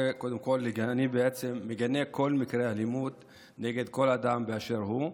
קודם כול לגנות כל מקרה אלימות נגד כל אדם באשר הוא,